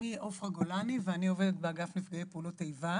שמי עפרה גולני ואני עובדת באגף נפגעי פעולות איבה